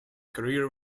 career